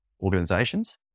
organizations